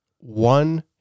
One